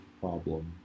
problem